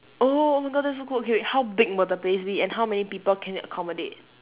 oh oh my god that's so cool okay wait how big will the place be and how many people can it accommodate